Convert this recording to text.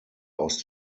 aus